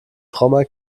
frommer